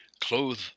clothe